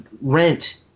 rent